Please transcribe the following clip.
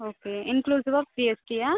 okay இன்க்ளூசிவ்வா கேஒய்சியா